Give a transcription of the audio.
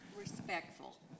Respectful